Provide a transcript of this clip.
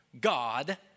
God